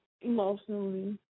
emotionally